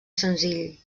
senzill